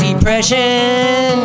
depression